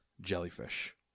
jellyfish